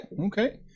Okay